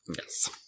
Yes